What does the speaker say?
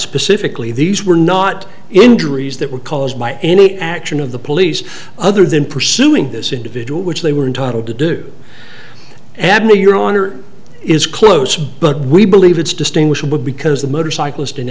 specifically these were not injuries that were caused by any action of the police other than pursuing this individual which they were entitled to do admiral your honor is close but we believe it's distinguishable because the motorcyclist